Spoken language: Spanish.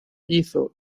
hizo